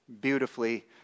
beautifully